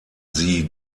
sie